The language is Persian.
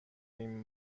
این